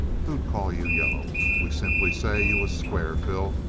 who'd call you yaller? we'd simply say you was square, phil,